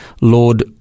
Lord